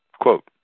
quote